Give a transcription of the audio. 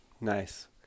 Nice